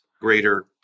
greater